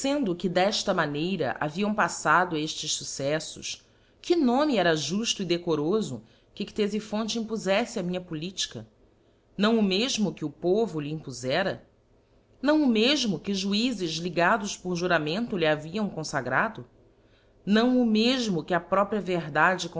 que d eíla maneira haviam paffado eftes fucceífos que nome era juílo e decorofo que cteliphonte impozeffe á minha politica não o mefmo que o povo lhe impozera não o mefmo que juizes ligados por juramento lhe haviam confagrado não o mefmo que a própria verdade